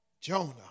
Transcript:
Jonah